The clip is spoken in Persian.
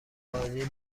آجیل